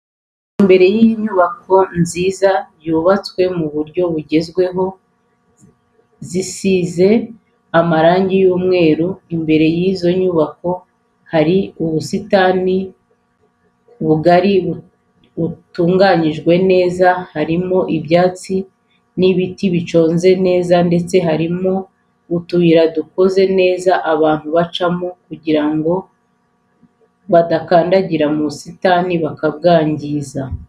Imbere y'inyubako nziza zubatswe mu buryo bugezweho zisize amarangi y'umweru imbere y'izo nyubako hari ubusitani bugari butunganyijwe neza, harimo ibyatsi n'ibiti biconze neza ndetse harimo utuyira dukoze neza abantu bacamo kugirango badakandagira mu busitani bakabwangiza.